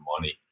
money